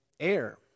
Air